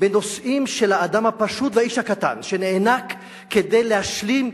בנושאים של האדם הפשוט והאיש הקטן שנאנק כדי להשלים,